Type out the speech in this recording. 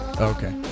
Okay